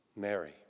Mary